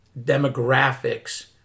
demographics